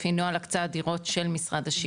לפי נוהל הקצאת דירות של משרד השיכון.